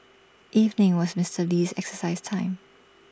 evening was Mister Lee's exercise time